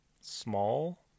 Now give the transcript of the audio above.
small